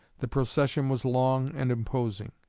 the procession was long and imposing.